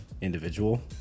individual